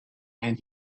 and